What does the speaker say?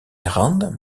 rand